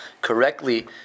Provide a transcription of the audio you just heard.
correctly